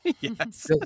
Yes